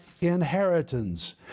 inheritance